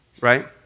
right